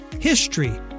HISTORY